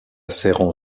serrant